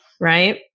Right